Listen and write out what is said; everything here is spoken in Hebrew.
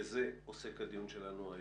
בזה עוסק הדיון שלנו היום.